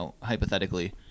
hypothetically